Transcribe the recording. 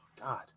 God